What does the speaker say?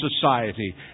society